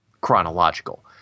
chronological